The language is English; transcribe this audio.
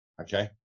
Okay